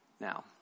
Now